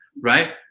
right